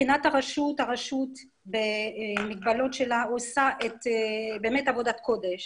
מבחינת הרשות, הרשות במגבלות שלה עושה עבודת קודש